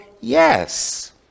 Yes